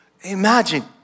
Imagine